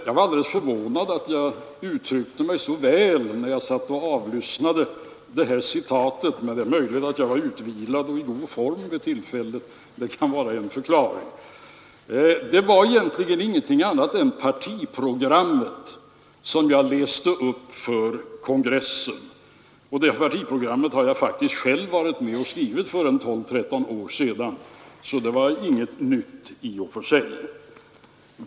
När jag satt och avlyssnade citaten, var jag förvånad över att jag uttryckt mig så väl, men det är möjligt att jag var utvilad och i god form vid tillfället. Det kan vara en förklaring. Vad jag läste upp för kongressen var egentligen ingenting annat än partiprogrammet, och detta program har jag själv varit med att skriva för 12—13 år sedan, så det var inget nytt i och för sig.